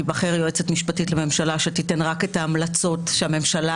תיבחר יועצת משפטית לממשלה שתיתן רק את ההמלצות שהממשלה